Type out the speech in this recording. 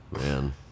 Man